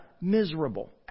miserable